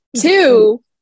Two